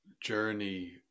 journey